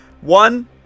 One